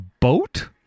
boat